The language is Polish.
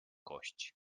kość